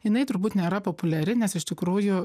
jinai turbūt nėra populiari nes iš tikrųjų